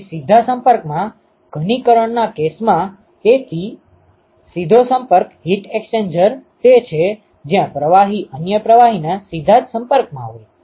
તેથી સીધો સંપર્ક ઘનીકરણના કેસમાં તેથી સીધો સંપર્ક હીટ એક્સ્ચેન્જર તે છે જ્યાં પ્રવાહી અન્ય પ્રવાહીના સીધા જ સંપર્કમાં હોય